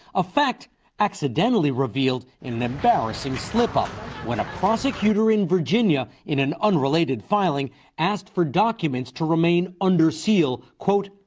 a fact accidently revealed in an embarrassing slipup when a prosecutor in virginia in an unrelated filing asked for documents to remain under seal, quote,